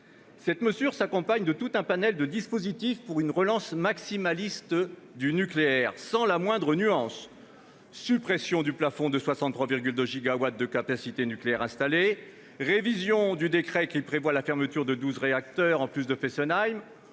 Cette mesure s'accompagne d'une palette de dispositifs en faveur d'une relance maximaliste du nucléaire, sans la moindre nuance : suppression du plafond de 63,2 gigawatts de capacité nucléaire installée ; révision du décret prévoyant la fermeture de douze réacteurs, en plus de celui